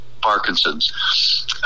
Parkinson's